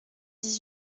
dix